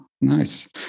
Nice